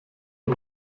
der